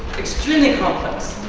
extremely complex.